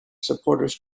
supporters